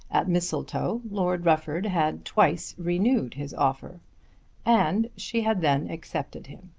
at mistletoe lord rufford had twice renewed his offer and she had then accepted him.